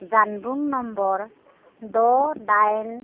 जानबुं नम्बर द' दाइन